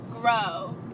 grow